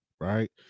right